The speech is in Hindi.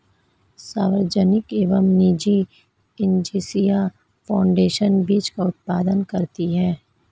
सार्वजनिक एवं निजी एजेंसियां फाउंडेशन बीज का उत्पादन करती है